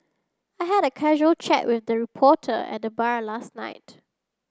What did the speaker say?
I had a casual chat with the reporter at the bar last night